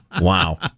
Wow